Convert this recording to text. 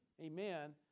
amen